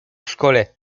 szkole